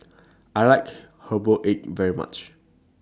I like Herbal Egg very much